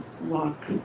walk